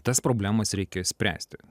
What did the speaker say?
tas problemas reikia spręsti